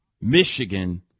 Michigan